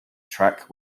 track